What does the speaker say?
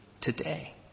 today